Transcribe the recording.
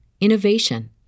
innovation